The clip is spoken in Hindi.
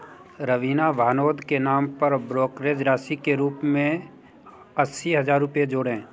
रवीना भानोद के नाम पर ब्रोकरेज राशि के रूप में अस्सी हजार रुपए जोड़ें